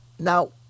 Now